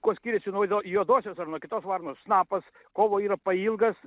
kuo skiriasi nuo juodosios ar nuo kitos varnos snapas kovo yra pailgas